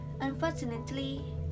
Unfortunately